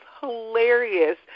hilarious